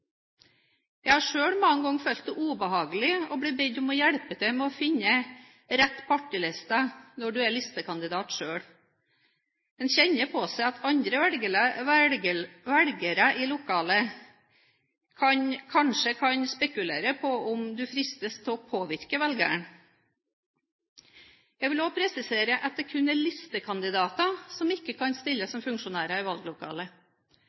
Jeg har sjøl mange ganger følt det ubehagelig å bli bedt om å hjelpe til med å finne riktig partiliste når jeg har vært listekandidat sjøl. En kjenner på seg at andre velgere i lokalet kanskje kan spekulere i om man fristes til å påvirke velgeren. Jeg vil presisere at det kun er listekandidater som ikke kan stille som funksjonærer i